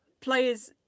Players